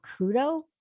kudo